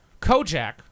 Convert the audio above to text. Kojak